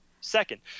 second